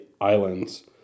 islands